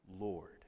Lord